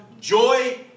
joy